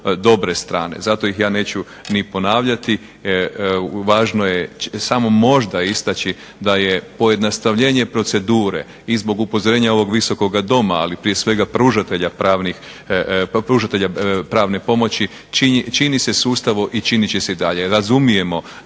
dobre strane, zato ih ja neću ni ponavljati. Važno je samo možda istaći da je pojednostavljenje procedure i zbog upozorenja ovog Visokog doma, ali prije svega pružatelja pravne pomoći čini se sustavno i činit će se i dalje. Razumijemo